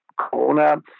Corona